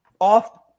off